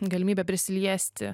galimybė prisiliesti